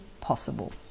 possible